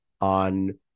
on